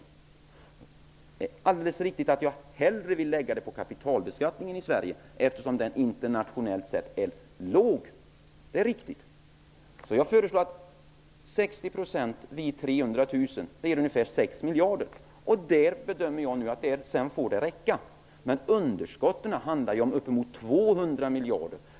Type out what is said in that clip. Det är alldeles riktigt att jag hellre vill lägga dem på kapitalbeskattningen i Sverige, eftersom den internationellt sett är låg. Jag föreslår 60 % vid inkomster på 300 000 kr. Det ger ungefär 6 miljarder. Som jag bedömer det får det räcka med det. Men underskotten är ju på uppemot 200 miljarder.